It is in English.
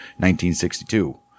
1962